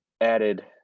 added